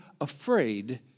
afraid